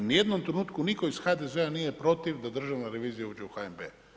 U nijednom trenutku nitko iz HDZ-a nije protiv da državna revizija uđe u HNB.